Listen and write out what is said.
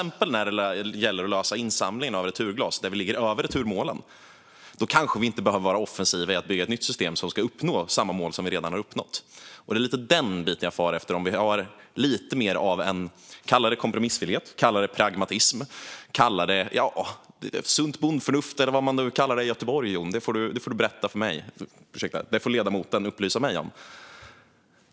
Men när det gäller till exempel insamlingen av returglas, där vi ligger över returmålen, kanske vi inte behöver vara offensiva i att bygga ett nytt system som ska uppnå samma mål som vi redan har uppnått. Det jag far efter är lite mer av kompromissvilja, pragmatism, sunt bondförnuft eller vad man nu kallar det i Göteborg. Det får ledamoten upplysa mig om.